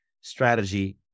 strategy